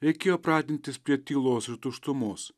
reikėjo pratintis prie tylos ir tuštumos